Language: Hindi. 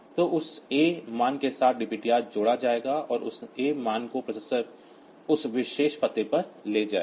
तो उस A मान के साथ DPTR जोड़ा जाएगा और उस मान को प्रोसेसर उस विशेष पते पर ले जाएगा